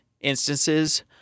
instances